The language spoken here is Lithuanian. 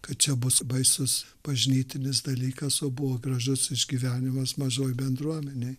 kad čia bus baisus bažnytinis dalykas o buvo gražus išgyvenimas mažoje bendruomenėje